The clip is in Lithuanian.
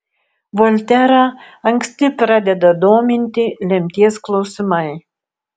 volterą anksti pradeda dominti lemties klausimai